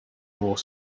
more